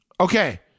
Okay